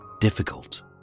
difficult